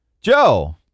Joe